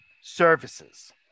services